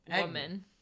woman